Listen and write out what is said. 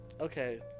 Okay